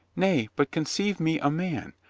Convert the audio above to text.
nay, but conceive me a man!